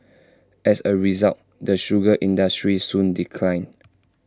as A result the sugar industry soon declined